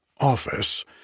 office